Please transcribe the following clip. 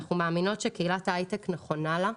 אנחנו מאמינות שקהילות ההיי-טק נכונה לה,